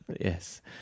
yes